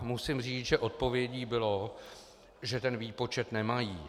Musím říct, že odpovědí bylo, že ten výpočet nemají.